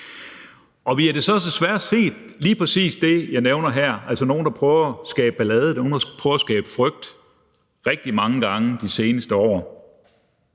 Og vi har så desværre set lige præcis det, jeg nævner her, altså nogle, der prøver at skabe ballade, nogle, der prøver at skabe frygt, rigtig mange gange de seneste år,